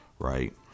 Right